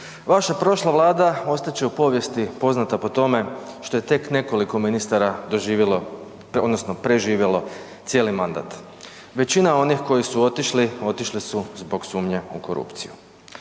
vaša prošla vlada ostat će u povijesti poznata po tome što je tek nekoliko ministara doživjelo odnosno preživjelo cijeli mandat. Većina onih koji su otišli, otišli su zbog sumnje u korupciju.